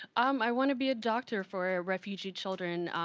um i wanna be a doctor for ah refugee children.